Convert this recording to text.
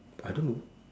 I don't know